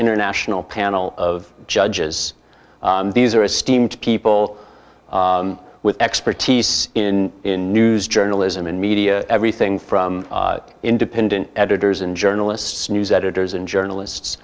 international panel of judges these are a steamed people with expertise in in news journalism and media everything from independent editors and journalists news editors and journalists